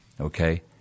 okay